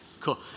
cool